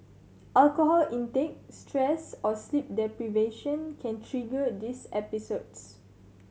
alcohol intake stress or sleep deprivation can trigger these episodes